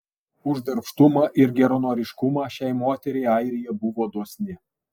už darbštumą ir geranoriškumą šiai moteriai airija buvo dosni